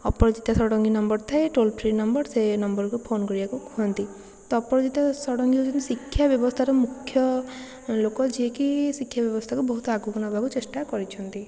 ନା ଅପରଜିତା ଷଡ଼ଙ୍ଗୀ ନମ୍ବର ଥାଏ toll free number ସେ ନମ୍ୱରକୁ ଫୋନ୍ କରିବାକୁ କୁହନ୍ତି ତ ଅପରାଜିତା ଷଡ଼ଙ୍ଗୀ ହେଉଛନ୍ତି ଶିକ୍ଷା ବ୍ୟବସ୍ଥାର ମୁଖ୍ୟ ଲୋକ ଯିଏକି ଶିକ୍ଷା ବ୍ୟବସ୍ଥାକୁ ବହୁତ ଆଗକୁ ନେବାକୁ ଚେଷ୍ଟା କରିଛନ୍ତି